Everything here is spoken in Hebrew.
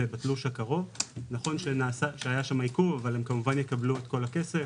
אני הכרתי את זה מהמקום שאני נמצא בו, עד כמה קשה.